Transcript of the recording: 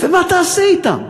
ומה תעשה אתם?